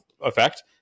effect